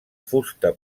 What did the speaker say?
fusta